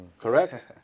correct